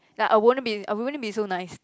like I wouldn't be I wouldn't be so nice